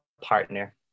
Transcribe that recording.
partner